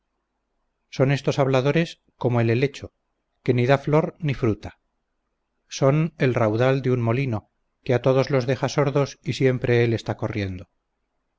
son estos habladores como el helecho que ni da flor ni fruta son el raudal de un molino que a todos los deja sordos y siempre él está corriendo